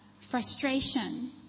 frustration